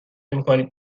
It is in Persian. نمیکنید